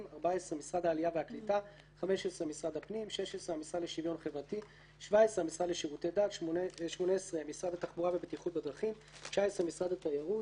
14. משרד העלייה והקליטה 15. משרד הפנים 16. המשרד לשוויון חברתי 17. המשרד לשירותי דת 18. משרד התחבורה והבטיחות בדרכים 19. משרד התיירות